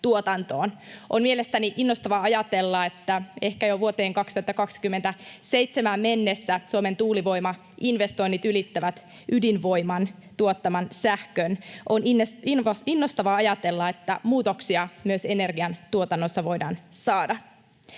On mielestäni innostavaa ajatella, että ehkä jo vuoteen 2027 mennessä Suomen tuulivoimainvestoinnit ylittävät ydinvoiman tuottaman sähkön. On innostavaa ajatella, että muutoksia myös energian tuotannossa voidaan saada